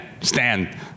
stand